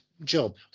job